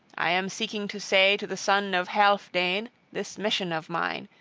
i am seeking to say to the son of healfdene this mission of mine,